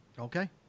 Okay